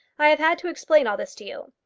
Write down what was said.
i have had to explain all this to you.